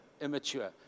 immature